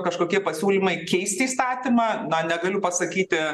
kažkokie pasiūlymai keisti įstatymą na negaliu pasakyti